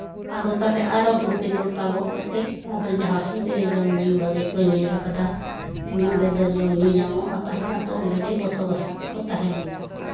ᱟᱫᱚ ᱛᱟᱦᱚᱞᱮ ᱟᱨᱚ ᱛᱩᱲᱠᱤᱼᱛᱚᱲᱯᱟ ᱜᱚᱜ ᱠᱟᱛᱮᱜ ᱟᱫᱚ ᱡᱟᱦᱟᱸ ᱥᱮᱜ ᱨᱮ ᱡᱚᱢ ᱧᱩ ᱵᱷᱟᱜᱮ ᱠᱚ ᱧᱮᱞ ᱠᱟᱫᱟ ᱚᱸᱰᱮ ᱫᱚ ᱡᱚᱢ ᱧᱩ ᱧᱟᱢᱚᱜᱼᱟ ᱛᱟᱦᱚᱞᱮ ᱟᱫᱚ ᱚᱸᱰᱮᱜᱮ ᱵᱚᱥᱚᱵᱟᱥ ᱠᱟᱛᱮᱜ ᱠᱚ ᱛᱟᱦᱮᱸᱭᱮᱱᱟ